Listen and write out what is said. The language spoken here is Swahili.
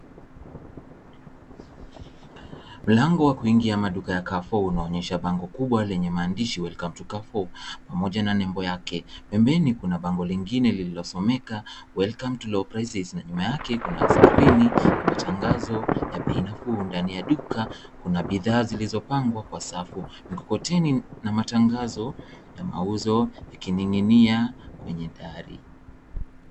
Mlango wa kuingia maduka ya Carrefour unaonesha mbango kubwa lenye maandishi welcome to Carrefour pamoja na nembo yake. Pembeni kuna mbango lingine lililo someka welcome to low prices , na nyuma yake kuna skrini ya matangazo ya bei nafuu. Ndani ya duka kuna bidhaa zilizo pangwa kwa safu. Mkokoteni na matangazo ya mauzo yakining'inia kwenye dari.